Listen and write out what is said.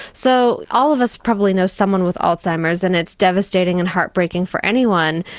so all of us probably know someone with alzheimer's and it's devastating and heart-breaking for anyone.